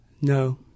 No